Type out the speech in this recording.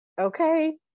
okay